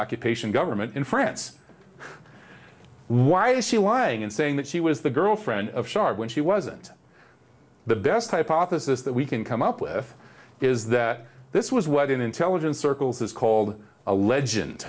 occupation government in france why is she lying in saying that she was the girlfriend of shar when she wasn't the best hypothesis that we can come up with is that this was what in intelligence circles is called a legend